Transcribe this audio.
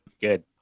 Good